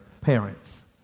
parents